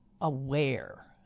aware